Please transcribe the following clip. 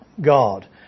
God